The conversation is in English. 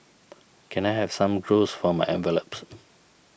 can I have some glues for my envelopes